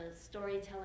storytelling